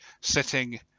sitting